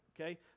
Okay